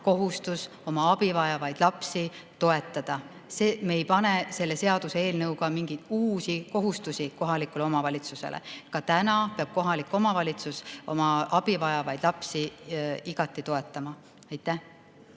kohustus oma abivajavaid lapsi toetada. Me ei pane selle seaduseelnõuga mingeid uusi kohustusi kohalikule omavalitsusele. Ka praegu peab kohalik omavalitsus oma abivajavaid lapsi igati toetama. Aitäh!